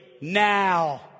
now